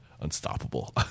unstoppable